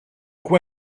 quoi